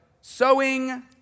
sowing